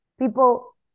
people